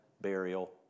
burial